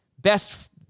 best